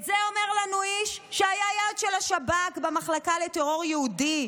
את זה אומר לנו איש שהיה יעד של השב"כ במחלקה לטרור יהודי.